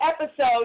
episode